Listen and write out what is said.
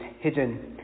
hidden